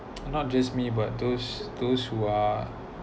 and not just me but those those who are